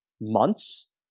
months